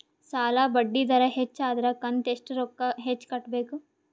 ಸಾಲಾ ಬಡ್ಡಿ ದರ ಹೆಚ್ಚ ಆದ್ರ ಕಂತ ಎಷ್ಟ ರೊಕ್ಕ ಹೆಚ್ಚ ಕಟ್ಟಬೇಕು?